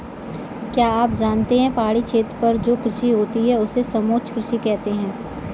क्या आप जानते है पहाड़ी क्षेत्रों पर जो कृषि होती है उसे समोच्च कृषि कहते है?